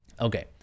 Okay